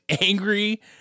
angry